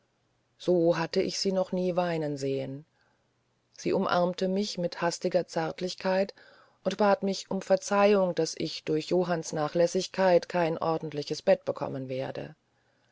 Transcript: so hatte ich sie noch nie weinen sehen sie umarmte mich mit hastiger zärtlichkeit und bat mich um verzeihung daß ich durch johanns nachlässigkeit kein ordentliches bett bekommen werde